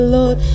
Lord